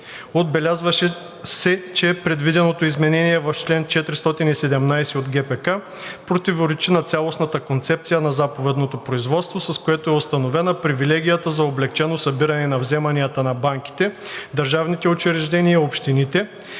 Отбелязва се, че предвиденото изменение в чл. 417 от ГПК противоречи на цялостната концепция на заповедното производство, с което е установена привилегията за облекчено събиране на вземанията на банките, държавните учреждения и общините,